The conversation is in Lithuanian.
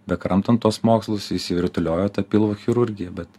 bekramtant tuos mokslus išsirutuliojo ta pilvo chirurgija bet